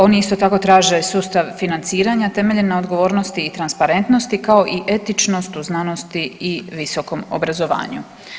Oni isto tako traže sustav financiranja temeljen na odgovornosti i transparentnosti kao i etičnost u znanosti i visokom obrazovanju.